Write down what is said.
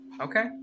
Okay